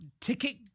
ticket